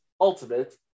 ultimate